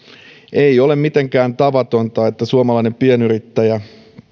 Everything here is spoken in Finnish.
ei ole mitenkään tavatonta että suomalainen pienyrittäjä